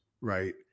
right